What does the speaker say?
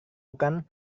bukan